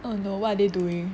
oh no what are they doing